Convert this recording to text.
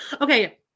Okay